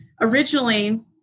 originally